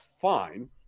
fine